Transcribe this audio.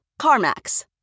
CarMax